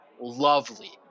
lovely